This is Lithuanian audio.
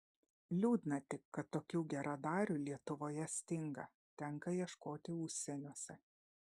liūdna tik kad tokių geradarių lietuvoje stinga tenka ieškoti užsieniuose